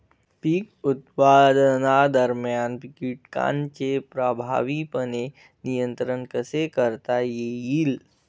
पीक उत्पादनादरम्यान कीटकांचे प्रभावीपणे नियंत्रण कसे करता येईल?